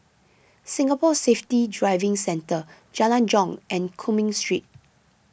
Singapore Safety Driving Centre Jalan Jong and Cumming Street